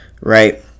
right